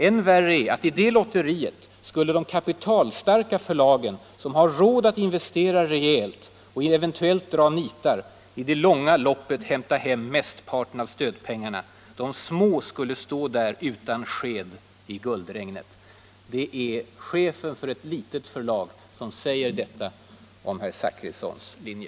Än värre är att i det lotteriet —-—-—- skulle de kapitalstarka förlagen, som har råd att investera rejält och eventuellt dra nitar, i det långa loppet hämta hem mestparten av stödpengarna — de små skulle stå där utan sked i guldregnet.” Det är chefen för ett litet förlag som säger detta om herr Zachrissons linje.